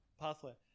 Pathway